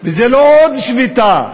זו לא עוד שביתה,